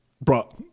Bro